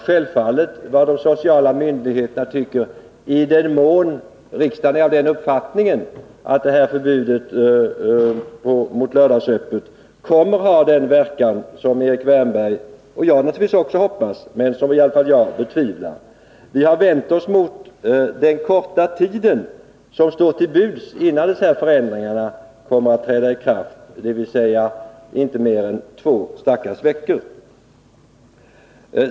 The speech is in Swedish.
Självfallet är det vad de sociala myndigheterna tycker, i den mån riksdagen är av den uppfattningen att det här förbudet mot lördagsöppet kommer att ha den verkan som Erik Wärnberg och naturligtvis även jag hoppas men som i alla fall jag betvivlar. Vi har vänt oss mot den korta tid som står till buds innan förändringarna kommer att träda i kraft, dvs. inte mer än två stackars veckor.